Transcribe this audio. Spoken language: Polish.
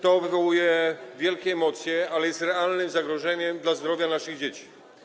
To wywołuje wielkie emocje, ale jest realnym zagrożeniem dla zdrowia naszych dzieci.